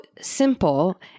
simple